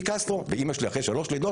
מ"קסטרו" ואימא שלי אחרי שלוש לידות